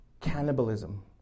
cannibalism